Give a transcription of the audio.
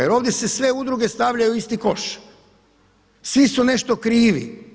Jer ovdje se sve udruge stavljaju u isti koš, svi su nešto krivi.